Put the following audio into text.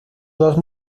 dos